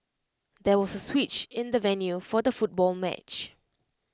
there was A switch in the venue for the football match